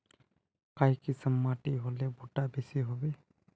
काई किसम माटी होले भुट्टा बेसी होबे?